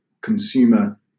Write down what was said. consumer